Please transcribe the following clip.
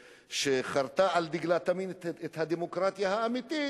שחרתה על דגלה תמיד את הדמוקרטיה האמיתית,